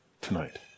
tonight